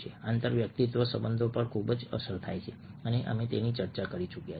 આંતરવ્યક્તિત્વ સંબંધો પર ખૂબ જ અસર થાય છે અને અમે તેની ચર્ચા કરી ચૂક્યા છીએ